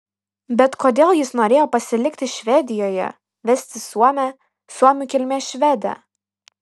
bet kodėl jis norėjo pasilikti švedijoje vesti suomę suomių kilmės švedę